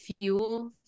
fuel